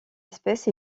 espèce